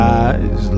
eyes